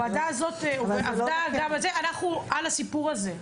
הוועדה הזאת עובדת על זה, אנחנו על הסיפור הזה.